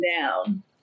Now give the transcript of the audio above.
down